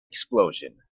explosion